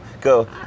go